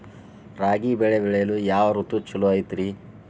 ರಾಗಿ ಬೆಳೆ ಬೆಳೆಯಲು ಯಾವ ಋತು ಛಲೋ ಐತ್ರಿ?